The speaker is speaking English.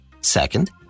Second